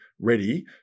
ready